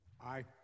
Aye